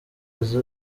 bazi